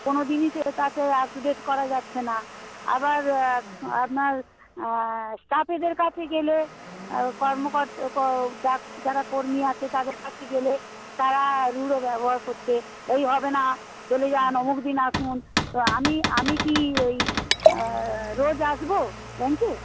কোনো জিনিসে তাতে আপ টু ডেট করা যাচ্ছে না আবার আপনার স্টাফেদের কাছে গেলে কর্মক যা যারা কর্মী আছে তাদের কাছে গেলে তারা রুঢ় ব্যবহার করছে এই হবে না চলে যান অমুকদিন আসুন তো আমি আমি কি এই রোজ আসবো ব্যাঙ্কে